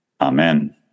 amen